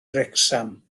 wrecsam